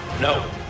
no